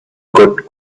good